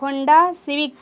Honda civic